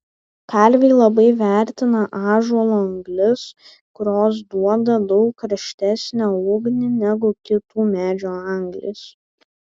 kalviai labai vertina ąžuolo anglis kurios duoda daug karštesnę ugnį negu kitų medžių anglys